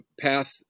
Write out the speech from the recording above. path